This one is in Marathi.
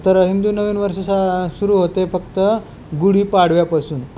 तर हिंदू नवीन वर्ष सा सुरू होते फक्त गुढीपाडव्यापासून